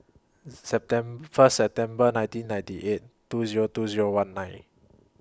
First September nineteen ninety eight two Zero two Zero one nine